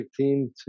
team